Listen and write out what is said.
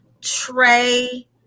Trey